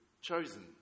chosen